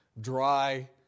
Dry